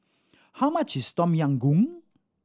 how much is Tom Yam Goong